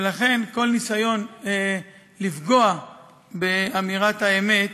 ולכן, כל ניסיון לפגוע באמירת האמת,